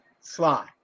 Sly